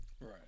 Right